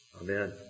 Amen